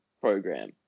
program